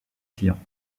clients